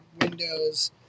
windows